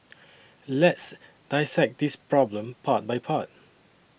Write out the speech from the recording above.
let's dissect this problem part by part